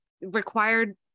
required